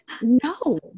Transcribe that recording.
no